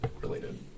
related